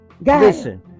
Listen